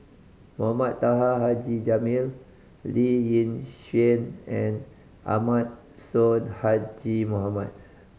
Mohamed Taha Haji Jamil Lee Yi Shyan and Ahmad Sonhadji Mohamad